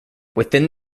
within